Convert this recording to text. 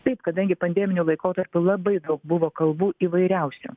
taip kadangi pandeminiu laikotarpiu labai daug buvo kalbų įvairiausių